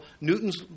Newton's